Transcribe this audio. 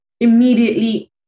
immediately